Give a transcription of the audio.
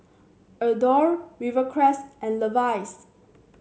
Adore Rivercrest and Levi's